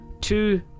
two